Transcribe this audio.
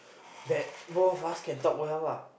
that both of us can talk well lah